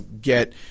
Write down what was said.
get